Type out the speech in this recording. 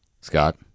Scott